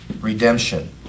redemption